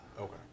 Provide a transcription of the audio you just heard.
Okay